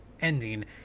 ending